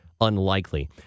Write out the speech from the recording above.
unlikely